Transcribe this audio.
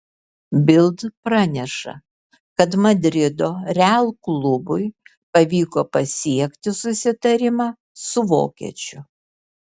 bild praneša kad madrido real klubui pavyko pasiekti susitarimą su vokiečiu